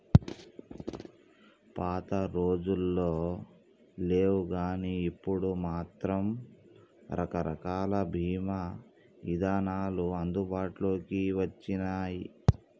పాతరోజుల్లో లేవుగానీ ఇప్పుడు మాత్రం రకరకాల బీమా ఇదానాలు అందుబాటులోకి వచ్చినియ్యి